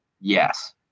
Yes